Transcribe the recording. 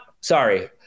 Sorry